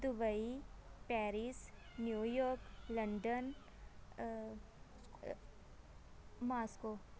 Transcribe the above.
Dubai Paris New York London Moscow